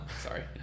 sorry